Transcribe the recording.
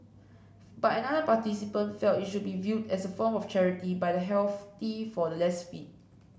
but another participant felt it should be viewed as a form of charity by the healthy for the less fit